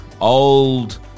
old